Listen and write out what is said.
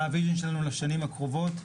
מה הוויז'ן שלנו לשנים הקרובות,